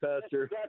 pastor